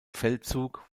feldzug